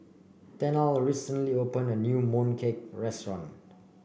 Tennille recently opened a new Mooncake restaurant